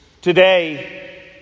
Today